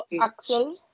Axel